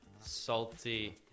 salty